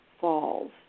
falls